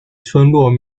村落